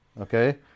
Okay